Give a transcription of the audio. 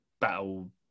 battle